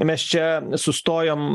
mes čia sustojom